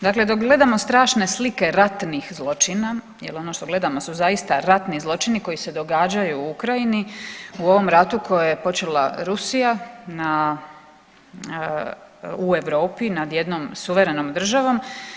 Dakle, dok gledamo strašne slike ratnih zločina jel ono što gledamo su zaista ratni zločini koji se događaju u Ukrajini u ovom ratu koji je počela Rusija u Europi nad jednom suverenom državom.